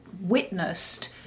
witnessed